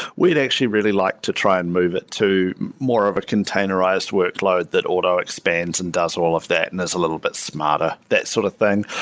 we'd actually really like to try and move it to more over containerized workload that auto-expands and does all of that and is a little bit smarter, that sort of thing.